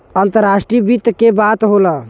अंतराष्ट्रीय वित्त के बात होला